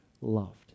loved